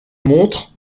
montre